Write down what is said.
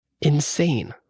Insane